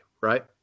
Right